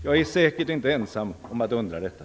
Jag är säkert inte ensam om att undra detta.